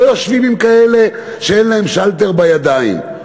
לא יושבים עם כאלה שאין להם שלטר בידיים.